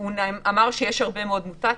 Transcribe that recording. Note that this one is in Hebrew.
הוא גם אמר שיש הרבה מאוד מוטציות,